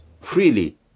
freely